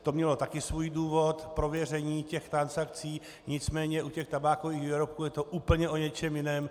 To mělo také svůj důvod, prověření těch transakcí, nicméně u těch tabákových výrobků je to úplně o něčem jiném.